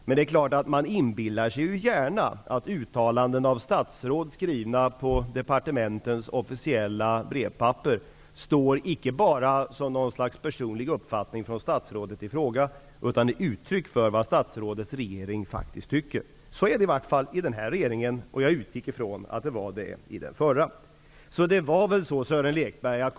Men det är klart att man gärna inbillar sig att uttalanden av statsråd, skrivna på departementens officilla brevpapper, icke bara är statsrådets i fråga egna personliga uppfattning utan också ett uttryck för vad den regering som statsrådet tillhör faktiskt anser. Så är det i vart fall när det gäller den nuvarande regeringen, och jag utgick ifrån att det var likadant under den förra regeringen.